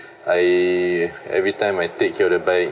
I everytime I take care of the bike